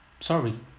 Sorry